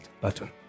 button